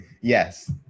Yes